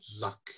luck